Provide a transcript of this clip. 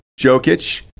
Jokic